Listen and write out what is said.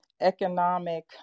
economic